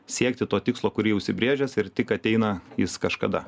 siekti to tikslo kurį užsibrėžęs ir tik ateina jis kažkada